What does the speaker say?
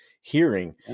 hearing